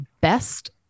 best